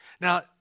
Now